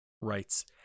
writes